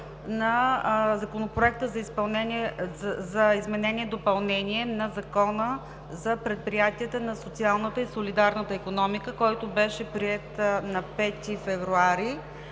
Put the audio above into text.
по Законопроекта за изменение и допълнение на Закона за предприятията на социалната и солидарната икономика, който беше приет на първо